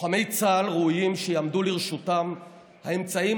לוחמי צה"ל ראויים שיעמדו לרשותם האמצעים